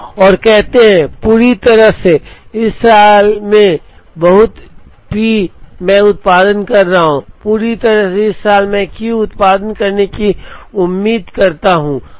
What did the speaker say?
और कहते हैं पूरी तरह से इस साल में बहुत पी मैं उत्पादन कर रहा हूं पूरी तरह से इस साल में मैं क्यू उत्पादन करने की उम्मीद करता हूं